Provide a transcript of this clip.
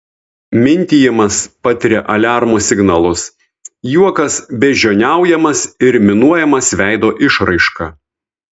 mintijimas patiria aliarmo signalus juokas beždžioniaujamas ir minuojamas veido išraiška